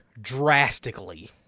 drastically